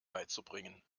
beizubringen